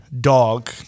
dog